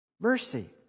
Mercy